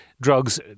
drugs